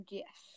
yes